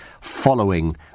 following